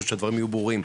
פשוט שהדברים יהיו ברורים,